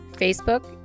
Facebook